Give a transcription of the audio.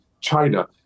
China